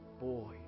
boy